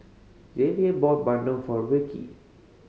Javier bought bandung for Rikki